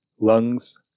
Lungs